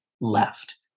left